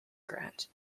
grant